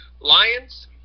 Lions